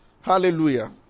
Hallelujah